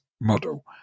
model